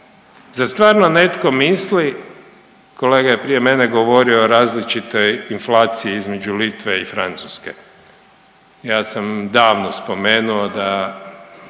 zar stvarno netko misli, kolega je prije mene govorio o različitoj inflaciji između Litve i Francuske, ja sam davno spomenuo da